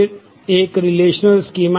तो फिर एक रिलेशनल R